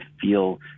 feel